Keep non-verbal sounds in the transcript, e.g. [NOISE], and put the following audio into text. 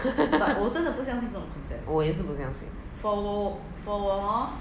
[LAUGHS] 我也是不相信